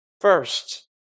first